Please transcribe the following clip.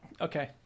Okay